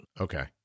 Okay